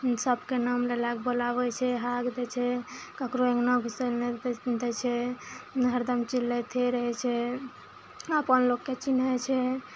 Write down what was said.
सबके नाम लै लैके बोलाबै छै हाँक दै छै ककरो अङ्गनामे घुसैलए नहि दै छै हरदम चिललाइते रहै छै अपन लोकके चिन्है छै